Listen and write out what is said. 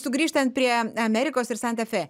sugrįžtant prie amerikos ir santa fė